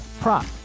prop